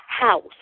house